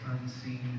unseen